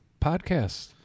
podcast